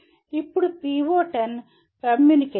ఇప్పుడు PO 10 communication